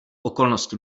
okolnosti